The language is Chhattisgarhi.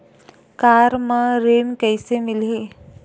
कार म ऋण कइसे मिलही?